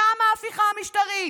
שם ההפיכה המשטרית,